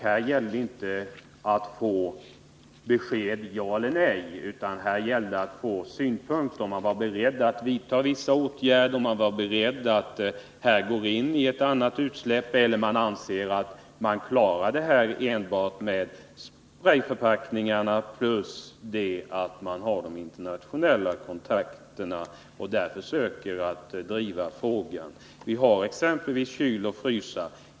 Det gällde inte att få ett besked ja eller nej, utan det gällde att få synpunkter redovisade — om man var beredd att vidta vissa åtgärder, om man var beredd att genomföra ändringar i regler för utsläpp eller om man anser att det är tillräckligt med vad som gäller för sprejförpackningarna plus det förhållandet att man har internationella kontakter där man försöker driva frågan. Vi har exempelvis problem med kyloch frysanläggningar.